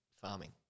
farming